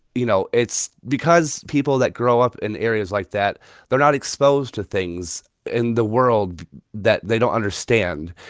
you know, it's because people that grow up in areas areas like that they're not exposed to things in the world that they don't understand.